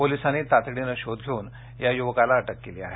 पोलिसांनी तातडीनं शोध घेऊन या युवकाला अटक केली आहे